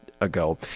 Ago